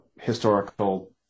historical